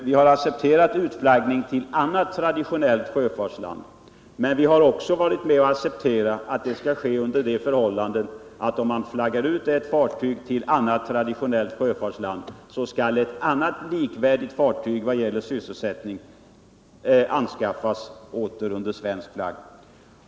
Vi har accepterat utflaggning till annat traditionellt sjöfartsland, men vi har sagt att det skall ske under följande förutsättning: Om man flaggar ut ett fartyg till annat traditionellt sjöfartsland, skall ett annat när det gäller sysselsättningen likvärdigt fartyg anskaffas som skall gå under svensk flagg.